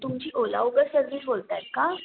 तुमची Ola Uber service बोलत आहेत का